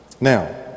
Now